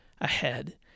ahead